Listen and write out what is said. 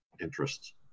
interests